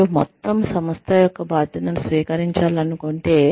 మీరు మొత్తం సంస్థ యొక్క బాధ్యతను స్వీకరించాలనుకుంటే